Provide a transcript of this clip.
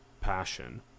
passion